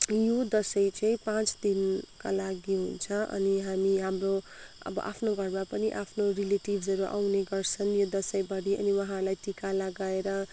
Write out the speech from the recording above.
यो दसैँ चाहिँ पाँच दिनका लागि हुन्छ अनि हामी हाम्रो अब आफ्नो घरमा पनि आफ्नो रिलेटिभ्सहरू आउने गर्छन् यो दसैँभरि अनि उहाँहरूलाई टिका लगाएर